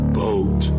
boat